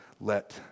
let